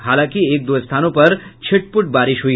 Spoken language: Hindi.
हालांकि एक दो स्थानों पर छिटपुट बारिश हुई